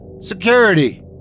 Security